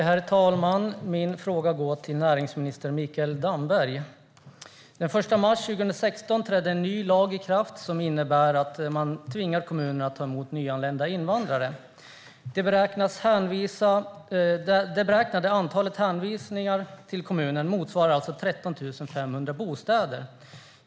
Herr talman! Min fråga går till näringsminister Mikael Damberg. Den 1 mars 2016 trädde en ny lag i kraft som innebär att man tvingar kommunerna att ta emot nyanlända invandrare. Det beräknade antalet hänvisningar till kommunerna motsvarar 13 500 bostäder.